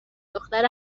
دختر